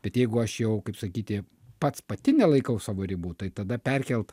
bet jeigu aš jau kaip sakyti pats pati nelaikau savo ribų tai tada perkelt